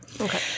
Okay